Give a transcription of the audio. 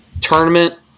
tournament